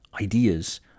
ideas